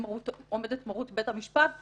עומדת מרות בית המשפט.